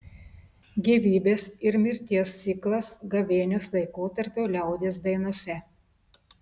gyvybės ir mirties ciklas gavėnios laikotarpio liaudies dainose